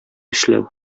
эшләү